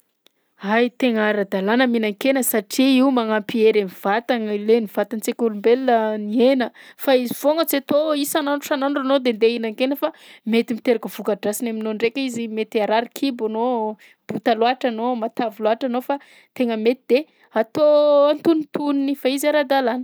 Ay! Tegna ara-dalàna ny mihinan-kena satria io magnampy hery am'vatana, ilain'ny vatantsika olombelona ny hena fa izy foagna tsy atao isan'andro isan'andro anao de andeha ihinan-kena fa mety miteraka voka-drasiny aminao ndraika izy, mety harary kibo anao, bota loatra anao, matavy loatra anao, fa tegna mety de atao atonontonony fa izy ara-dalàna.